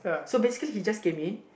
so basically he just came in